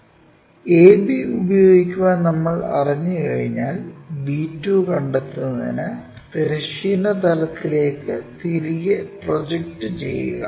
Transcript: ab ഉപയോഗിക്കാൻ നമ്മൾ അറിഞ്ഞുകഴിഞ്ഞാൽ b2 കണ്ടെത്തുന്നതിന് തിരശ്ചീന തലത്തിലേക്ക് തിരികെ പ്രൊജക്റ്റ് ചെയ്യുക